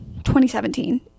2017